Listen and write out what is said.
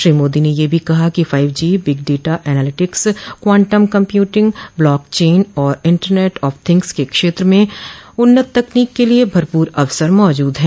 श्री मोदी ने यह भी कहा कि five G big data analytics quantum computing block chain और इंटरनेट ऑफ थिंग्स के क्षेत्र में उन्नत तकनीक के लिए भरपूर अवसर मौजूद हैं